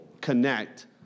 connect